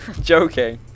Joking